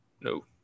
No